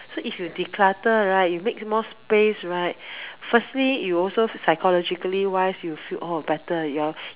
so if you declutter right you make more space right firstly you also psychologically wise you feel oh better your